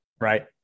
right